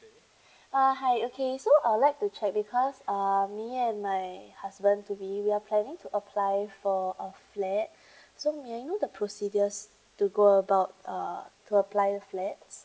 uh hi okay so I would like to check because uh me and my husband to be we are planning to apply for a flat so may I know the procedures to go about uh to apply the flats